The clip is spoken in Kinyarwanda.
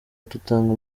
dutanga